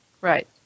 Right